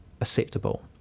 acceptable